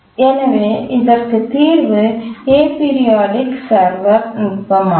எனவே இதற்கு தீர்வு ஏபிரியாடிக் சர்வர் நுட்பமாகும்